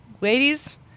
ladies